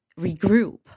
regroup